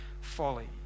folly